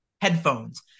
headphones